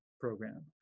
Program